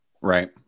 Right